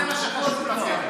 זה מה שחשוב לכם.